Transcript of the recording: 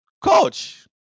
Coach